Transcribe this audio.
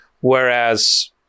Whereas